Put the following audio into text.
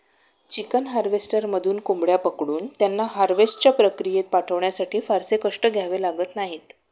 chicken हार्वेस्टरमधून कोंबड्या पकडून त्यांना हार्वेस्टच्या प्रक्रियेत पाठवण्यासाठी फारसे कष्ट घ्यावे लागत नाहीत